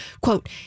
quote